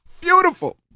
Beautiful